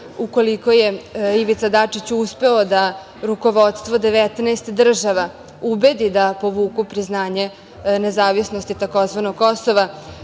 ukoliko je Ivica Dačić uspeo da rukovodstvo 19 država ubedi da povuku priznanje nezavisnosti tzv. Kosova